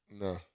No